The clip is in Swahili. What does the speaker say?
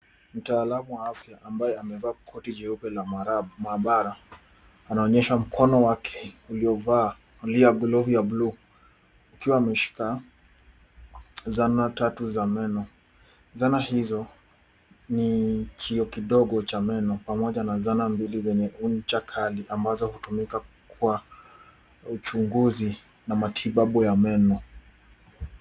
Mtaalamu wa afya ambaye amevaa koti jeupe la maabara anaonyesha mkono wake uliovalia glovu ya bluu akiwa ameshika zana tatu za meno. Zana hizo, ni kioo kidogo cha meno pamoja na zana mbili zenye ncha kali ambazo hutumika kwa uchunguzi na matibabu ya meno.